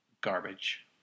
garbage